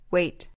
Wait